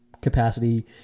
capacity